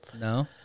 No